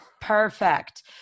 perfect